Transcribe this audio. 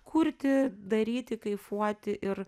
kurti daryti kaifuoti ir